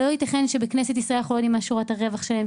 לא ייתכן שבכנסת ישראל אנחנו לא יודעים מה שורת הרווח שלהם,